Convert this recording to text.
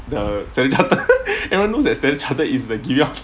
the Standard Chartered everyone knows that Standard Chartered is giving out